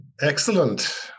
Excellent